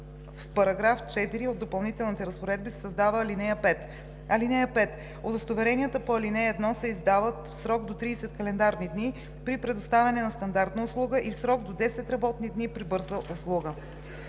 в § 4 от Допълнителните разпоредби се създава ал. 5: „(5) Удостоверенията по ал. 1 се издават в срок до 30 календарни дни при предоставяне на стандартна услуга и в срок до 10 работни дни – при бърза услуга.“